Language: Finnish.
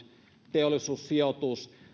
teollisuussijoitus